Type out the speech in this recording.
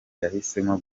yahisemo